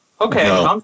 okay